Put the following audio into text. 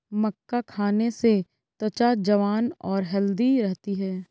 मक्का खाने से त्वचा जवान और हैल्दी रहती है